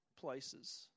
places